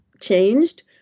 changed